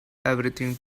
everything